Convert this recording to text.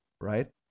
right